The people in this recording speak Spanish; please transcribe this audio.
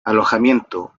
alojamiento